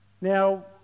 Now